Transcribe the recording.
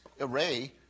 array